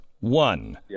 One